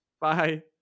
Bye